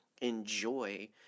enjoy